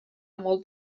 molt